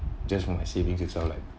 just for my savings itself like